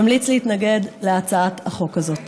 ממליץ להתנגד להצעת החוק הזאת.